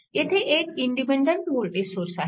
येथे एक independent voltage source आहे